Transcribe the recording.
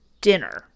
dinner